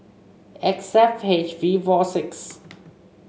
X F H V four six